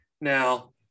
Now